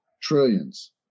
trillions